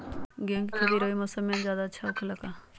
गेंहू के खेती रबी मौसम में ज्यादा होखेला का?